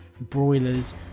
Broilers